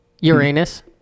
Uranus